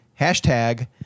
hashtag